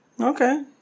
Okay